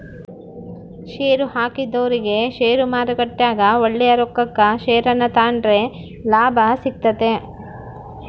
ಷೇರುಹಾಕಿದೊರಿಗೆ ಷೇರುಮಾರುಕಟ್ಟೆಗ ಒಳ್ಳೆಯ ರೊಕ್ಕಕ ಷೇರನ್ನ ತಾಂಡ್ರೆ ಲಾಭ ಸಿಗ್ತತೆ